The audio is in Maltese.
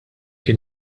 jien